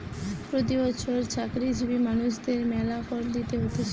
প্রতি বছর চাকরিজীবী মানুষদের মেলা কর দিতে হতিছে